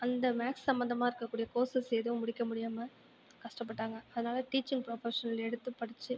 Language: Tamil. அந்த மேக்ஸ் சம்மந்தமாக இருக்கக்கூடிய கோர்ஸஸ் எதுவும் முடிக்க முடியாமல் கஷ்டப்பட்டாங்கள் அதனால் டீச்சிங் ப்ரொஃபஷனல் எடுத்து படிச்சு